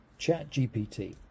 ChatGPT